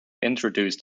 introduced